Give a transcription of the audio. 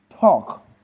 talk